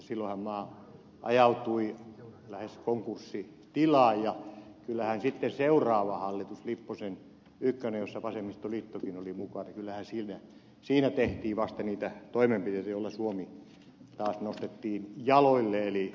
silloinhan maa ajautui lähes konkurssitilaan ja kyllähän sitten seuraavassa hallituksessa lipposen ykkösessä jossa vasemmistoliittokin oli mukana tehtiin vasta niitä toimenpiteitä joilla suomi taas nostettiin jaloilleen